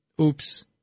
Oops